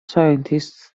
scientists